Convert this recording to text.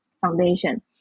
Foundation